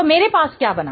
तो मेरे पास क्या बना